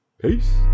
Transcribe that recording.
peace